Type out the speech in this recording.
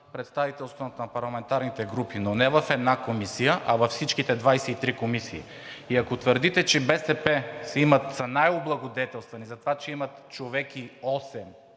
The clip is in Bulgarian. представителство на парламентарните групи, но не в една комисия, а във всичките 23 комисии. И ако твърдите, че БСП са най облагодетелствани за това, че имат човек и